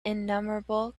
innumerable